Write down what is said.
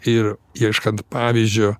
ir ieškant pavyzdžio